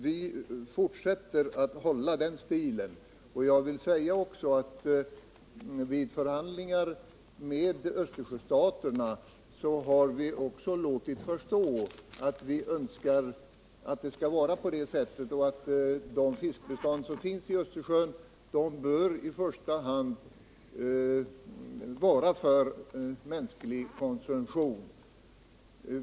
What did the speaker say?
Vi fortsätter att hålla den stilen. Vid förhandlingar med Östersjöstaterna har vi också låtit förstå att vi önskar att fiskbestånden i Östersjön i första hand används för mänsklig konsumtion.